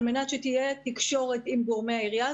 על מנת שתהיה תקשורת עם גורמי העירייה.